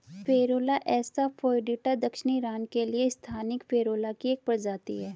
Ferula asafoetida दक्षिणी Iran के लिए स्थानिक फेरुला की एक प्रजाति है